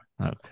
Okay